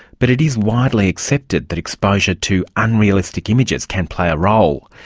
but it is widely accepted that exposure to unrealistic images can play a role.